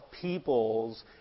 people's